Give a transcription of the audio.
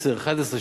2010,